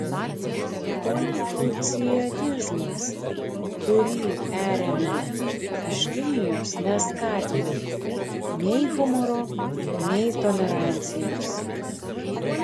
konfucianizmas kurį perėmėme iš kinijos neskatino nei humoro nei tolerancijos